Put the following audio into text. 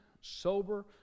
sober